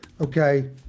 okay